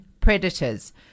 predators